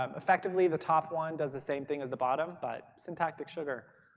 um effectively, the top one does the same thing as the bottom, but syntactic sugar.